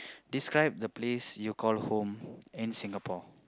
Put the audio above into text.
describe the place you call home in Singapore